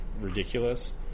ridiculous